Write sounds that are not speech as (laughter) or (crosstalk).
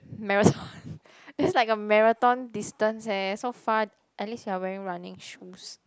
marathon (laughs) it's like a marathon distance eh so far at least you are wearing running shoes